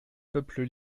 peuples